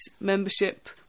membership